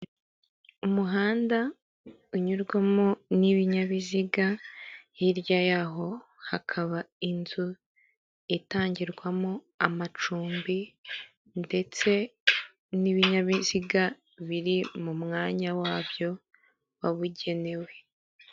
Umuhanda unyurwamo n'ibinyabiziga, hirya yaho hakaba inzu itangirwamo amacumbi ndetse n'ibinyabiziga biri mu mwanya wabyo wabugenewe.